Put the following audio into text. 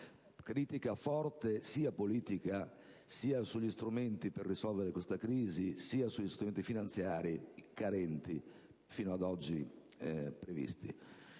critica forte sia politica, sia sugli strumenti per risolvere questa crisi, e sugli strumenti finanziari carenti che sono stati fino ad oggi previsti.